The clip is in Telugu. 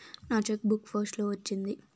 నా చెక్ బుక్ పోస్ట్ లో వచ్చింది